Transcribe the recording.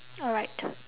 alright